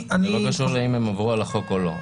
זה לא קשור לאם הם עברו על החוק או לו.